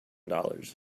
dollars